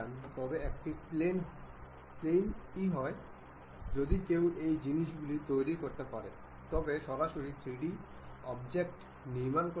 আরেকটি mechanical mate যা নিয়ে আমরা কাজ করব তা হল কব্জা মেট